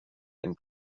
einen